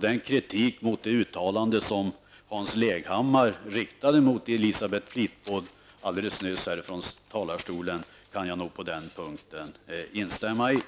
Den kritik som Hans Leghammar alldeles nyss här från talarstolen riktade mot Elisabeth Fleetwoods uttalande på den punkten kan jag instämma i.